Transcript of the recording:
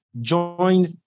joined